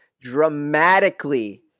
Dramatically